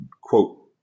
quote